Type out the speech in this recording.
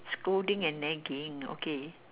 scolding and nagging okay